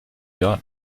got